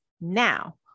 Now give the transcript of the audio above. Now